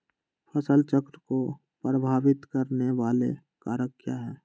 फसल चक्र को प्रभावित करने वाले कारक क्या है?